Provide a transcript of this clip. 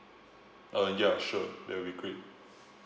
uh ya sure that'll be great